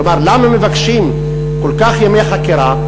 כלומר למה מבקשים כל כך הרבה ימי חקירה,